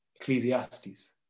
Ecclesiastes